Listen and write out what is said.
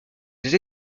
des